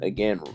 Again